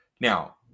Now